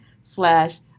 slash